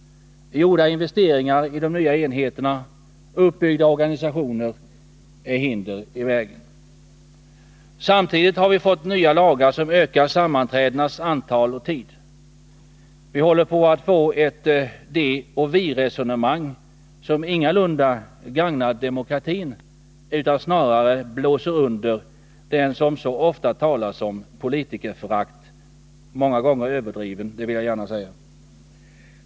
Gjorda investeringar och uppbyggda organisationer i de nya enheterna lägger hinder i vägen. Samtidigt har vi fått nya lagar som ökar sammanträdenas antal och längd. Vi håller på att få ett de-och-vi-resonemang som ingalunda gagnar demokratin. Snarare blåser det under det politikerförakt som det så ofta talas om — många gånger överdrivet, det vill jag gärna säga.